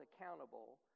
accountable